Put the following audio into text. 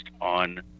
on